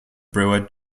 brewer